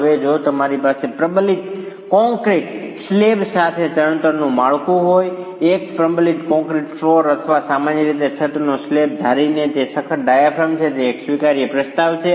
હવે જો તમારી પાસે પ્રબલિત કોંક્રિટ સ્લેબ સાથે ચણતરનું માળખું હોય એક પ્રબલિત કોંક્રિટ ફ્લોર અથવા સામાન્ય રીતે છતનો સ્લેબ ધારીને કે તે સખત ડાયાફ્રેમ છે તે એક સ્વીકાર્ય પ્રસ્તાવ છે